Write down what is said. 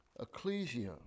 ecclesia